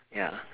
ya